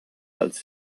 als